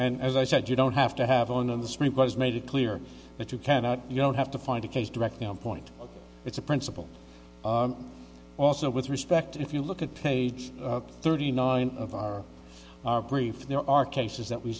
and as i said you don't have to have on the street was made it clear that you cannot you don't have to find a case directly on point it's a principle also with respect if you look at page thirty nine of our brief there are cases that we